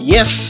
Yes